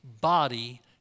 body